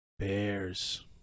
Bears